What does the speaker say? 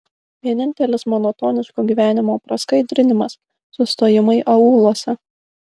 vienintelis monotoniško gyvenimo praskaidrinimas sustojimai aūluose